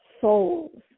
souls